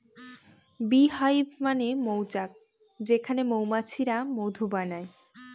bee hive মানে মৌচাক যেখানে মৌমাছিরা মধু বানায়